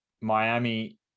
Miami